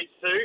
suit